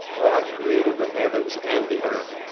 created the heavens and the earth.